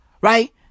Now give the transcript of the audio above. Right